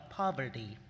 poverty